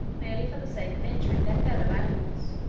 merely for the sake of injuring their fellow-animals